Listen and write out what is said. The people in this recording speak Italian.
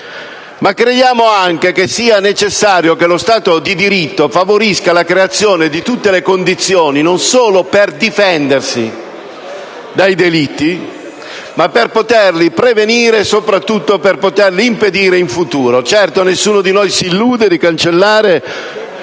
ma crediamo anche necessario che lo Stato di diritto favorisca la creazione di tutte le condizioni, non solo per difendersi dai delitti, ma anche per poterli prevenire e soprattutto impedire in futuro. Certo, nessuno di noi s'illude di cancellare